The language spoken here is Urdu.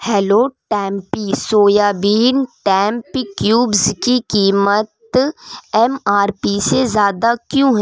hello tempeh soya bean tempeh cubes کی قیمت ایم آر پی سے زیادہ کیوں ہے